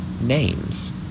Names